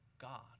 God